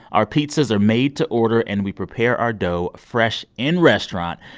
our pizzas are made to order, and we prepare our dough fresh in restaurant,